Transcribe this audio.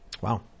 Wow